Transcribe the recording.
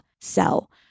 sell